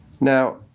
Now